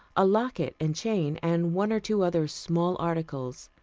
a locket and chain and one or two other small articles.